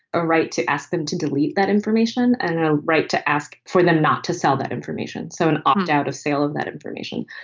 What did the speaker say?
a right to ask them to delete that information and a right to ask for them not to sell that information. so an opt out of sale of that information.